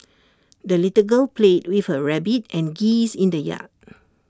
the little girl played with her rabbit and geese in the yard